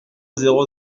zéro